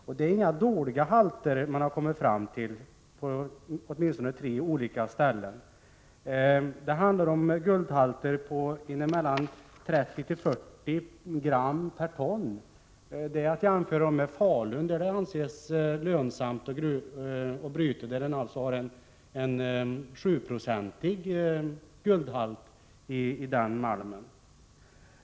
Och det är inga dåliga halter man har kommit fram till på åtminstone tre ställen. Det handlar om guldhalter på inemellan 30 och 40 9, vilket är att jämföra med Falun, där det anses lönsamt att bryta malm med en 7-procentig guldhalt.